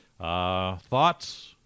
Thoughts